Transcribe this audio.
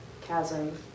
chasm